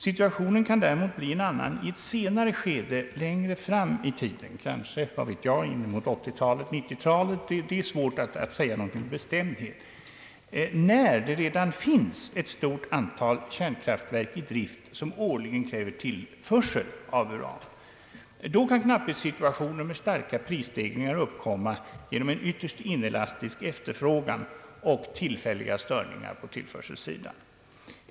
Situationen kan däremot bli en annan längre fram i tiden, kanske inemot 1980-talet eller 1990-talet — vad vet jag, det är svårt att säga någonting med bestämdhet — när det redan finns ett stort antal kärnkraftverk i drift, som år ligen kräver tillförsel av uran. Då kan knapphetssituationer med starka prisstegringar uppkomma genom en ytterst inelastisk efterfrågan och tillfälliga störningar på tillförselsidan.